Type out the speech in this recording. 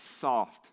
soft